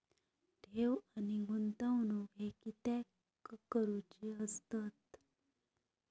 ठेव आणि गुंतवणूक हे कित्याक करुचे असतत?